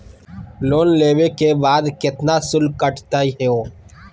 Loan लेवे के बाद केतना शुल्क कटतही हो?